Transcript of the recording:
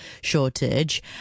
shortage